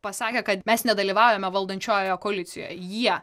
pasakė kad mes nedalyvaujame valdančiojoje koalicijoje jie